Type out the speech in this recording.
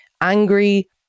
angry